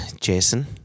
Jason